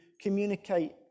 communicate